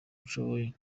nshoboye